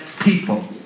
people